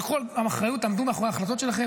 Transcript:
אבל קחו אחריות, תעמדו מאחורי ההחלטות שלכם.